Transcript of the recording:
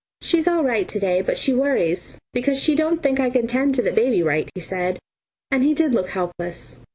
she's all right to-day, but she worries because she don't think i can tend to the baby right, he said and he did look helpless.